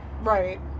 right